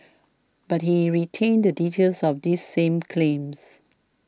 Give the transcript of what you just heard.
but he retained the details of these same claims